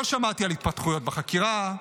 לא שמעתי על התפתחויות בחקירה,